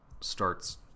starts